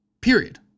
period